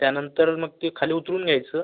त्यानंतर मग ते खाली उतरून घ्यायचं